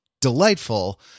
delightful